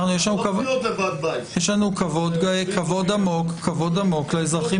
לעניין סעיף